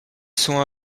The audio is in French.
sont